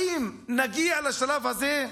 האם נגיע לשלב הזה?